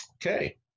Okay